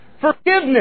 forgiveness